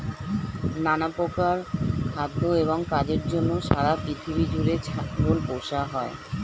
নানা প্রকার খাদ্য এবং কাজের জন্য সারা পৃথিবী জুড়ে ছাগল পোষা হয়